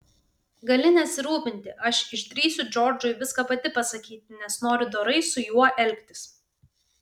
gali nesirūpinti aš išdrįsiu džordžui viską pati pasakyti nes noriu dorai su juo elgtis